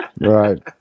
Right